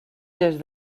des